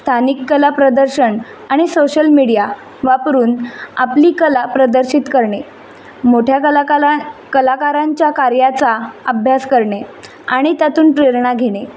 स्थानिक कला प्रदर्शन आणि सोशल मीडिया वापरून आपली कला प्रदर्शित करणे मोठ्या कलाकाला कलाकारांच्या कार्याचा अभ्यास करणे आणि त्यातून प्रेरणा घेणे